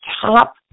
top